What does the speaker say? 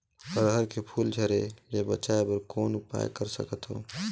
अरहर के फूल झरे ले बचाय बर कौन उपाय कर सकथव?